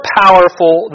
powerful